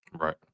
Right